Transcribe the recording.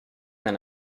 than